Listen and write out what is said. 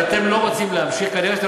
שאתם לא רוצים להמשיך,